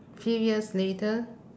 few years later